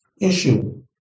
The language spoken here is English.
issue